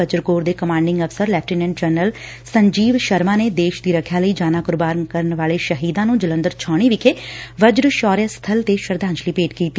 ਵਰਜ corps ਦੇ commanding ਅਫ਼ਸਰ lieutenant general Sanjeev Sharma ਨੇ ਦੇਸ਼ ਦੀ ਰੱਖਿਆ ਲਈ ਜਾਨਾ ਕੁਰਬਾਨ ਕਰਨ ਵਾਲੇ ਸ਼ਹੀਦਾਂ ਨੂੰ ਜਲੰਧਰ ਛਾਉਣੀ ਵਿਖੇ ਵਜਰ ਸ਼ੌਰਿਆ ਸਬਲ ਤੇ ਸ਼ਰਧਾਂਜਲੀ ਭੇਟ ਕੀਤੀ